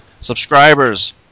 subscribers